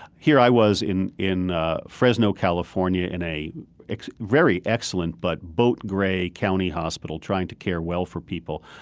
here i was in in fresno, california, in a very excellent, but boat gray county hospital trying to care well for people,